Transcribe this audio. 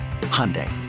Hyundai